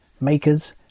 makers